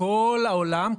כל העולם,